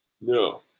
No